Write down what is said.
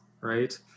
right